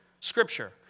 scripture